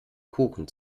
kuchen